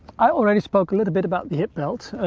i already spoke a little bit about the hip belt.